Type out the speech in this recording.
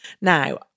Now